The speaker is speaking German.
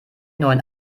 neuen